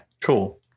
Cool